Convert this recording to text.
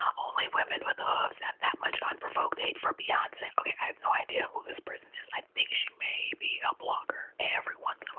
only women with hooves have that much unprovoked hate for beyonce. okay, i have no idea who this person is. i think she may be a blogger. every once